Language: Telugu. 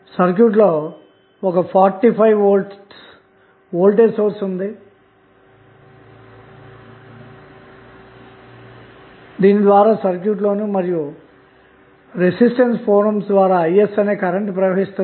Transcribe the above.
సర్క్యూట్ లో ఒక 45 V వోల్టేజ్ సోర్స్ కలదు దీని ద్వారా సర్క్యూట్ లో ను మరియు రెసిస్టెన్స్ 4 ohm ద్వారా Is అనే కరెంట్ప్రవహిస్తుంది